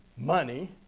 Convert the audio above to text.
Money